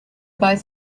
both